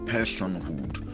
Personhood